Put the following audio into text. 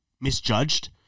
misjudged